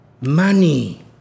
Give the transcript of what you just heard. Money